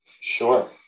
Sure